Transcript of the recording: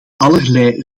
allerlei